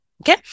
Okay